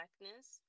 blackness